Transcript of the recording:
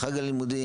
לגבי הצד הלימודי,